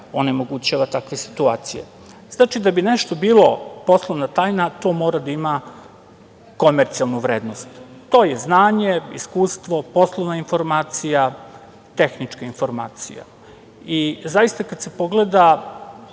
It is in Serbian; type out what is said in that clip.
onemogućava takve situacije. Znači, da bi nešto bilo poslovna tajna, to mora da ima komercijalnu vrednost. To je znanje, iskustvo, poslovna informacija, tehnička informacija. Zaista, kad se pogleda,